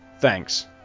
Thanks